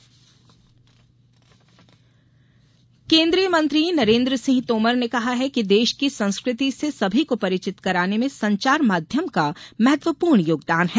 FM transmitter केन्द्रीय मंत्री नरेन्द्र सिंह तोमर ने कहा है कि देश की संस्कृति से सभी को परिचित कराने में संचार माध्यम का महत्वपूर्ण योगदान है